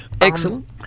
Excellent